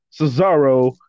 Cesaro